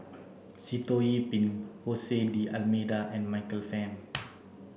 Sitoh Yih Pin Jose D'almeida and Michael Fam